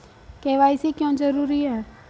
KYC क्यों जरूरी है?